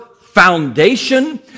foundation